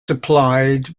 supplied